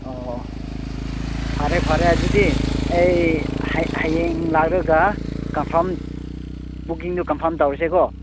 ꯑꯣ ꯑꯣ ꯐꯔꯦ ꯐꯔꯦ ꯑꯗꯨꯗꯤ ꯑꯩ ꯍꯌꯦꯡ ꯂꯥꯛꯂꯒ ꯀꯟꯐꯥꯔꯝ ꯕꯨꯛꯀꯤꯡꯗꯨ ꯀꯟꯐꯥꯔꯝ ꯇꯧꯔꯁꯦꯀꯣ